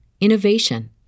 innovation